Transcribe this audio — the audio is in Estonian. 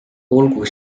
olgu